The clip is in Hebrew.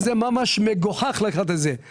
זה ממש מגוחך לקחת את הדוגמה הזאת.